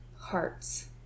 hearts